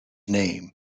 name